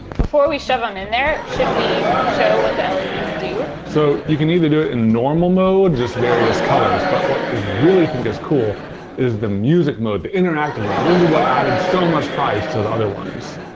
before we shove em in there, should we show what the ah leds do? so you can either do it in normal mode, just various colors, but what we really think is cool is the music mode, the interactive mode. this is what added so much price to the other ones.